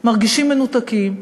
מרגישים מנותקים,